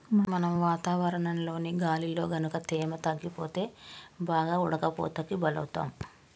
మనం వాతావరణంలోని గాలిలో గనుక తేమ తగ్గిపోతే బాగా ఉడకపోతకి బలౌతాం